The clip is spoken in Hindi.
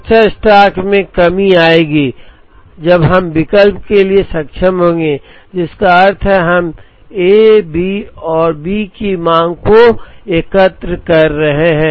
सुरक्षा स्टॉक में कमी आएगी जब हम विकल्प के लिए सक्षम होंगे जिसका अर्थ है हम ए और बी की मांग को एकत्र कर रहे हैं